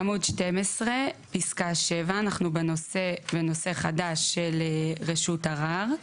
עמוד 12 פסקה 7, אנחנו בנושא חדש של רשות ערר.